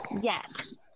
Yes